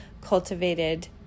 cultivated